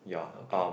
okay